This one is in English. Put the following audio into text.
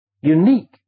Unique